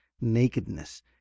nakedness